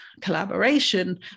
collaboration